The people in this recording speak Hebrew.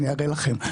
אני אראה לכם,